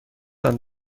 and